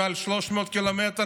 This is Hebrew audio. מעל 300 ק"מ.